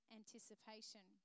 anticipation